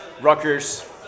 Rutgers